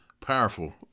powerful